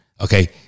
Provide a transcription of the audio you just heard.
Okay